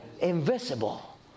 invisible